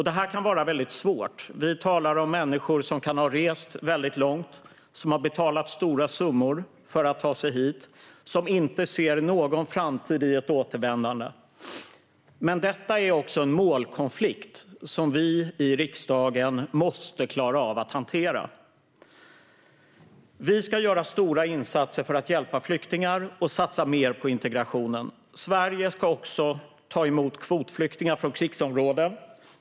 Det kan vara väldigt svårt. Vi talar om människor som kan ha rest mycket långt, betalat stora summor för att ta sig hit och som inte ser någon framtid i ett återvändande. Men detta är en målkonflikt som vi i riksdagen måste klara av att hantera. Vi ska göra stora insatser för att hjälpa flyktingar och satsa mer på integrationen. Sverige ska också ta emot kvotflyktingar från krigsområden.